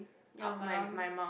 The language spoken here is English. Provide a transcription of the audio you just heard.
your mum